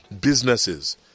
businesses